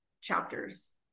chapters